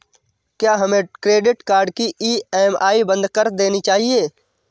क्या हमें credit card की ई.एम.आई बंद कर देनी चाहिए?